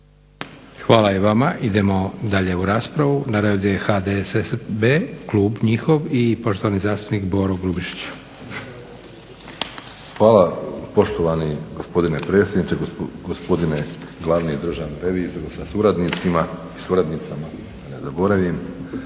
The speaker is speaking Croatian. Hvala i vama. Idemo dalje u raspravu. Na redu je HDSSB- klub njihov i poštovani zastupnik Boro Grubošić. **Grubišić, Boro (HDSSB)** Hvala poštovani gospodine predsjedniče, gospodine glavni državni revizore sa suradnicima i suradnicama da ne